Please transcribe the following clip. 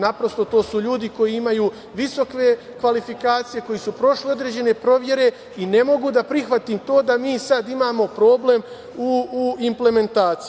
Naprosto, to su ljudi koji imaju visoke kvalifikacije, koji su prošli određene provere i ne mogu da prihvatim to da mi sada imamo problem u implementaciji.